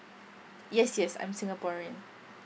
yes yes I'm singaporean